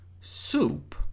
Soup